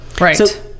right